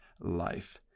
life